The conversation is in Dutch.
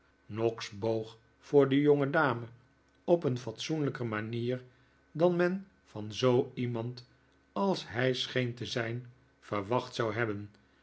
noggs boog voor de jongedame op een fatsoenlijker manier dan men van zoo iemand als hij scheen te zijn verwacht zou hehben